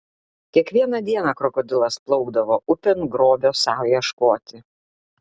kiekvieną dieną krokodilas plaukdavo upėn grobio sau ieškoti